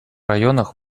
районах